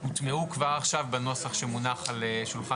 הוטמעו כבר עכשיו בנוסח שמונח על שולחן